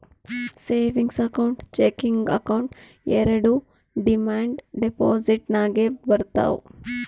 savings account, checking account ಎರೆಡು demand deposit ನಾಗೆ ಬರ್ತಾವ್